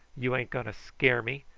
you ain't going to scare me